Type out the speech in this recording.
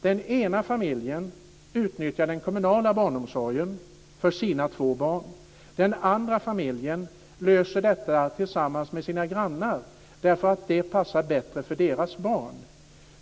Den ena familjen utnyttjar den kommunala barnomsorgen för sina två barn. Den andra familjen löser detta tillsammans med sina grannar därför att det passar bättre för deras barn.